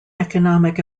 economic